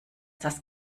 das